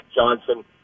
Johnson